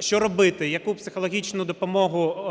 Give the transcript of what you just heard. що робити, яку психологічну допомогу